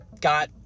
got